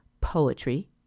poetry